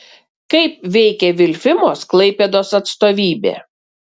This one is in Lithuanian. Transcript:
kaip veikia vilfimos klaipėdos atstovybė